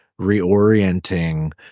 reorienting